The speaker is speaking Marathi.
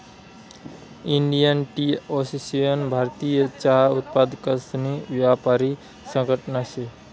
इंडियन टी असोसिएशन भारतीय चहा उत्पादकसनी यापारी संघटना शे